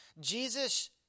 jesus